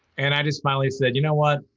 and i just finally said, you know what?